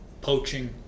poaching